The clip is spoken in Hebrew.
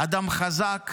אדם חזק,